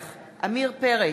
נוכח עמיר פרץ,